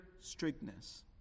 strictness